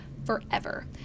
forever